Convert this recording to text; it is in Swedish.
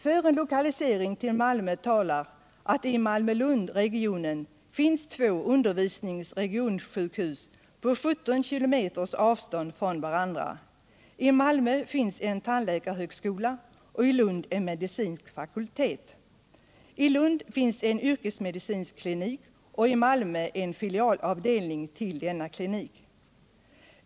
För en lokalisering till Malmö talar vidare att det i Malmö-Lundregionen finns två undervisningsoch regionsjukhus på 17 kilometers avstånd från varandra. I Malmö finns en tandläkarhögskola och i Lund en medicinsk fakultet. I Lund finns också en yrkesmedicinsk klinik och i Malmö en filialavdelning till denna.